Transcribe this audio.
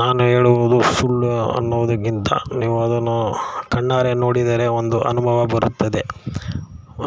ನಾನು ಹೇಳುವುದು ಸುಳ್ಳು ಅನ್ನೋದಕ್ಕಿಂತ ನೀವು ಅದನ್ನು ಕಣ್ಣಾರೆ ನೋಡಿದರೆ ಒಂದು ಅನುಭವ ಬರುತ್ತದೆ